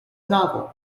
novel